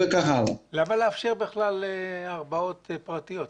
למה לאפשר בכלל הרבעות פרטיות.